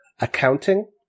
accounting